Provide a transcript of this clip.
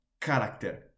character